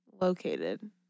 located